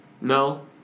No